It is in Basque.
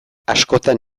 askotan